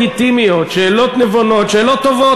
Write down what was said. לגיטימיות, שאלות נבונות, שאלות טובות.